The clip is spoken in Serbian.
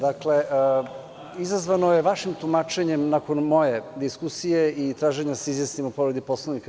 Dakle, izazvano je vašim tumačenjem nakon moje diskusije i tražim da se izjasnimo o povredi Poslovnika.